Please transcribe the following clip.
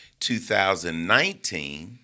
2019